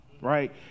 right